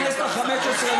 הייתי בכנסת החמש עשרה,